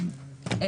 לפני ההקראה,